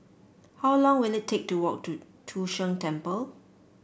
how long will it take to walk to Chu Sheng Temple